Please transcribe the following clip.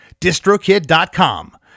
distrokid.com